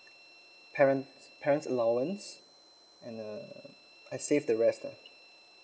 parents parents' allowance and uh I save the rest lah